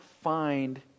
find